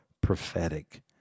prophetic